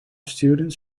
students